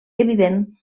evident